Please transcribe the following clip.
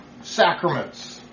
sacraments